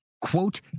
quote